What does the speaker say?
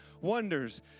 wonders